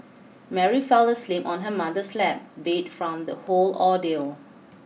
Mary fell asleep on her mother's lap beat from the whole ordeal